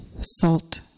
salt